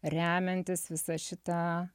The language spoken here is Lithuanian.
remiantis visa šita